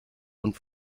und